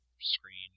screen